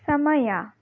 ಸಮಯ